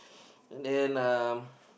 and uh